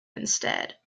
instead